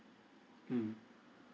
mm